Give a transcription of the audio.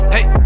Hey